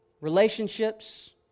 relationships